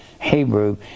Hebrew